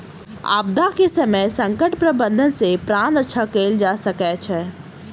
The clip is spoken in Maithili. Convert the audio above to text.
आपदा के समय संकट प्रबंधन सॅ प्राण रक्षा कयल जा सकै छै